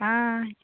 आं